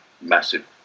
massive